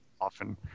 often